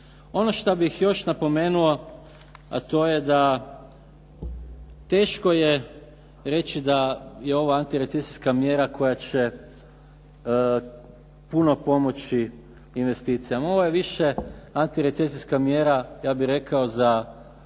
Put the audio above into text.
Ono što bih još napomenuo, a to je da teško je reći da je ovo antirecesijska mjera koja će puno pomoći investicija. Ovo je više antirecesijska mjera, ja bih rekao, za